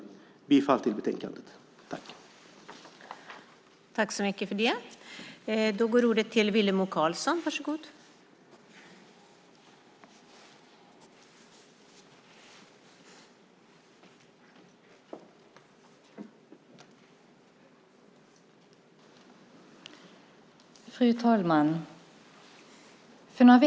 Jag yrkar bifall till utskottets förslag i betänkandet.